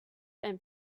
and